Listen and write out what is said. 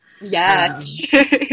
Yes